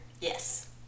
Yes